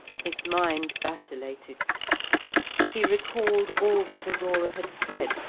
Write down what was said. his mind vacillated he recalled all that aurora had said,